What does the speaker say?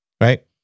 right